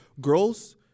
girls